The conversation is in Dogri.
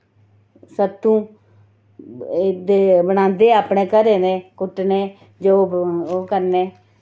सत्तूं एह्दे बनांदे अपने घरें दे कुटट्ने जो ओह् करने